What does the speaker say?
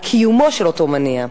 על קיומו של אותו מניע.